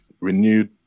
renewed